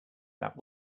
that